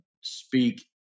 speak